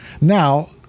Now